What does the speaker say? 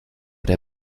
der